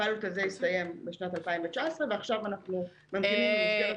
הפיילוט הזה הסתיים בשנת 2019 ועכשיו אנחנו ממתינים להחלטת